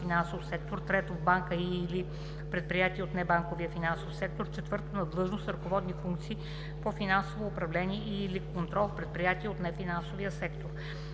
3. в банка и/или в предприятие от небанковия финансов сектор; 4. на длъжност с ръководни функции по финансово управление и/или контрол в предприятия от нефинансовия сектор.“